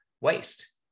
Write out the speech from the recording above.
waste